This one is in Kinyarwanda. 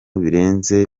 birenze